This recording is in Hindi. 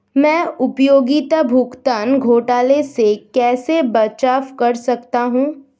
मैं उपयोगिता भुगतान घोटालों से कैसे बचाव कर सकता हूँ?